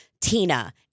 Tina